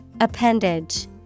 Appendage